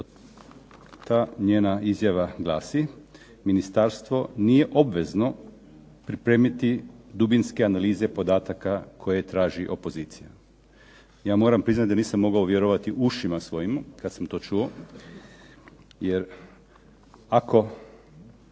Ta njena izjava glasi: ministarstvo nije obvezno pripremiti dubinske analize podataka koje traži opozicija. Ja moram priznati da nisam mogao vjerovati ušima svojim kad sam to čuo, jer ako